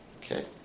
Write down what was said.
Okay